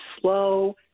slow